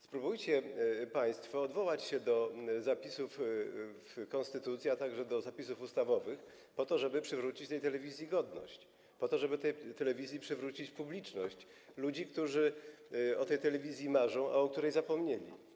Spróbujcie państwo odwołać się do zapisów konstytucji, a także do zapisów ustawowych, żeby przywrócić tej telewizji godność, żeby tej telewizji przywrócić publiczność, ludzi, którzy o tej telewizji marzą, a zapomnieli o niej.